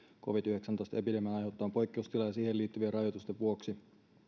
covid yhdeksäntoista epidemian aiheuttaman poikkeustilan ja siihen liittyvien rajoitusten vuoksi